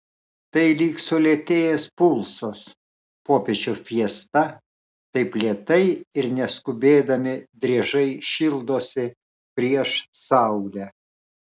tai lyg sulėtėjęs pulsas popiečio fiesta taip lėtai ir neskubėdami driežai šildosi prieš saulę